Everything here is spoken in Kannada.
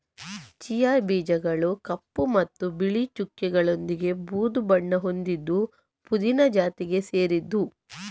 ಚಿಯಾ ಬೀಜಗಳು ಕಪ್ಪು ಮತ್ತು ಬಿಳಿ ಚುಕ್ಕೆಗಳೊಂದಿಗೆ ಬೂದು ಬಣ್ಣ ಹೊಂದಿದ್ದು ಪುದೀನ ಜಾತಿಗೆ ಸೇರಿದ್ದು